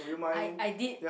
I I did